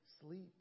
sleep